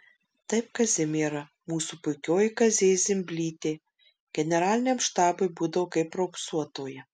taip kazimiera mūsų puikioji kazė zimblytė generaliniam štabui būdavo kaip raupsuotoji